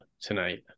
tonight